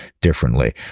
differently